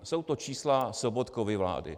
Jsou to čísla Sobotkovy vlády.